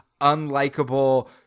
unlikable